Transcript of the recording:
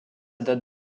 date